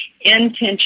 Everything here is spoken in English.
intention